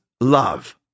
love